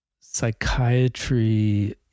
psychiatry